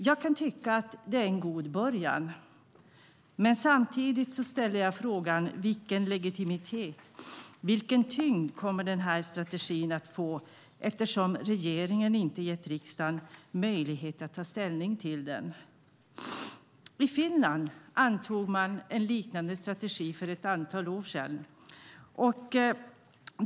Jag kan tycka att det är en god början, men samtidigt frågar jag vilken legitimitet och vilken tyngd strategin kommer att få, eftersom regeringen inte har gett riksdagen möjlighet att ta ställning till den. I Finland antog man en liknande strategi för ett antal år sedan.